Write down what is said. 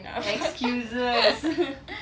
excuses